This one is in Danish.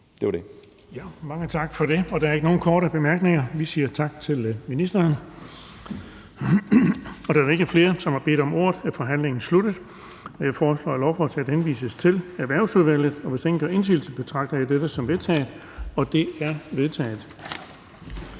Det var det.